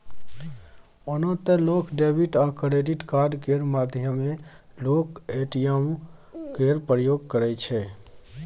ओना तए लोक डेबिट आ क्रेडिट कार्ड केर माध्यमे लोक ए.टी.एम केर प्रयोग करै छै